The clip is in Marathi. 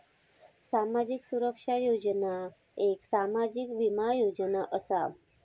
सामाजिक सुरक्षा योजना एक सामाजिक बीमा योजना असा